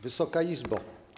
Wysoka Izbo!